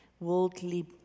worldly